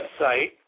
website